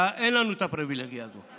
אין לנו הפריבילגיה הזאת.